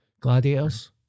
gladiators